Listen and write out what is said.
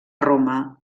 roma